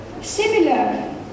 similar